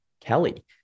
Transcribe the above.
Kelly